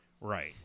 Right